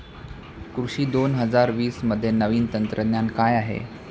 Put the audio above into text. कृषी दोन हजार वीसमध्ये नवीन तंत्रज्ञान काय आहे?